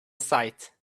sight